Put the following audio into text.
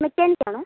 mechanic ആണോ